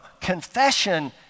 Confession